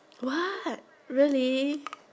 what really